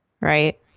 Right